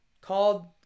called